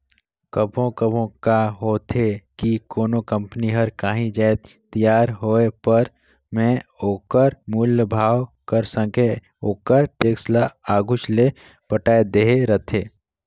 कभों कभों का होथे कि कोनो कंपनी हर कांही जाएत तियार होय पर में ओकर मूल भाव कर संघे ओकर टेक्स ल आघुच ले पटाए देहे रहथे